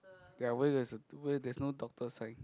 ya why there's a why there's no doctor sign